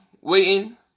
waiting